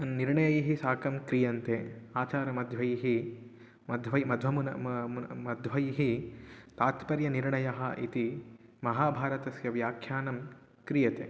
निर्णयैः साकं क्रियन्ते आचार्यमाध्वैः माध्वै मध्वमुनेः मा मुनिः मध्वैः तात्पर्यनिर्णयः इति महाभारतस्य व्याख्यानं क्रियते